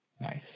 Nice